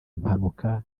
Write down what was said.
impanuka